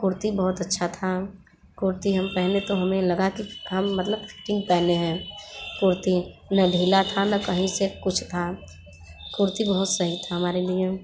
कुर्ती बहुत अच्छा था कुर्ती हम पहने तो हमें लगा कि हम मतलब फिटिंग पहने हैं कुर्ती ना ढीला था ना कहीं से कुछ था कुर्ती बहुत सही था हमारे लिए